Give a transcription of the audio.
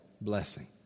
blessing